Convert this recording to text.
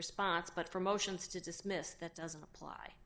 response but for motions to dismiss that doesn't apply